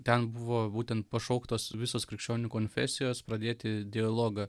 ten buvo būtent pašauktos visos krikščionių konfesijos pradėti dialogą